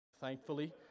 Thankfully